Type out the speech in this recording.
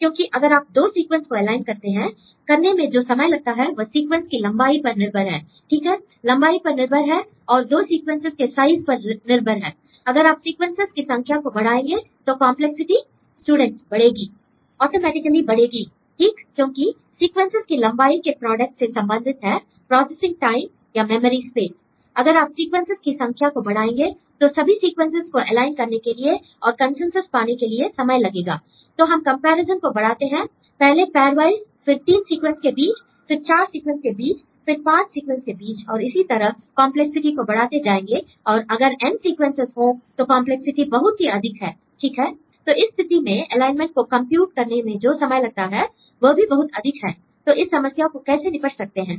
क्योंकि अगर आप दो सीक्वेंस को एलाइन करते हैं करने में जो समय लगता है वह सीक्वेंस की लंबाई पर निर्भर है ठीक है लंबाई पर निर्भर है और दो सीक्वेंसेस के साइज़ पर निर्भर है अगर आप सीक्वेंसेस की संख्या को बढ़ाएंगे तो कंपलेक्सिटी स्टूडेंट बढ़ेगी l ऑटोमेटिकली बढ़ेगी ठीक क्योंकि सीक्वेंसेस की लंबाई के प्रोडक्ट से संबंधित है प्रोसेसिंग टाइम या मेमोरी स्पेस l अगर आप सीक्वेंसेस की संख्या को बढ़ाएंगे तो सभी सीक्वेंसेस को एलाइन करने के लिए और कंसेंसस् पाने के लिए समय लगेगा l तो हम कंपैरिज़न को बढ़ाते हैं पहले पैर्वाइस् फिर 3 सीक्वेंस के बीच फिर 4 सीक्वेंस के बीच फिर 5 सीक्वेंस के बीचऔर इसी तरह कंपलेक्सिटी को बढ़ाते जाएंगे और अगर n सीक्वेंसेस हों तो कंपलेक्सिटी बहुत ही अधिक है ठीक l तो इस स्थिति में एलाइनमेंट को कंप्यूट करने में जो समय लगता है वह भी बहुत अधिक है तो इस समस्या को कैसे निपट सकते हैं